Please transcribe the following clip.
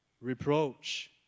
Reproach